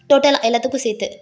டோட்டலாக எல்லாத்துக்கும் சேர்த்து